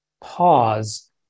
pause